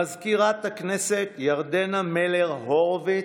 מזכירת הכנסת ירדנה מלר-הורוביץ,